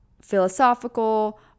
philosophical